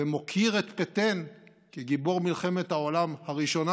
ומוקיר את פטן כגיבור מלחמת העולם הראשונה